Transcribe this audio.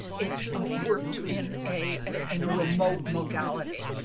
it's ah worked in a and remote modality.